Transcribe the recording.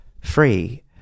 free